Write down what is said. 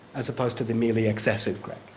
as opposed to the merely excessive greg.